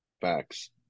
Facts